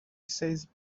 says